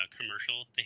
commercial